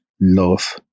love